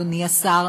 אדוני השר,